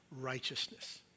righteousness